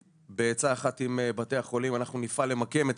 בעצה אחת עם בתי החולים אנחנו נפעל למקם את